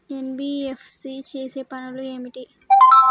NBFC చేసే పనులు ఏమిటి?